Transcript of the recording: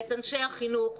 ואת אנשי החינוך,